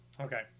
Okay